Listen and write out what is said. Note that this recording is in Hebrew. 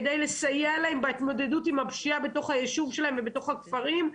כדי לסייע להן בהתמודדות עם הפשיעה ביישוב שלהם ובכפרים.